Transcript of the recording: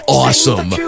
awesome